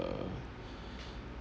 uh